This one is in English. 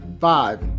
five